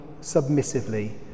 submissively